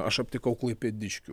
aš aptikau klaipėdiškių